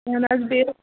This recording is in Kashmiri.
اَہَن حظ بیٚیہِ